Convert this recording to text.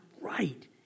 right